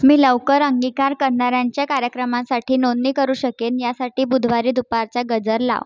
मी लवकर अंगीकार करणाऱ्यांच्या कार्यक्रमासाठी नोंदणी करू शकेन यासाठी बुधवारी दुपारचा गजर लाव